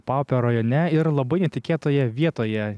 paupio rajone ir labai netikėtoje vietoje